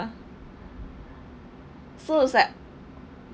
so it's like